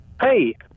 hey